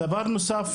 דבר נוסף